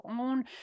own